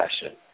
session